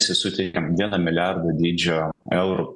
suteikėm vieno milijardo dydžio eurų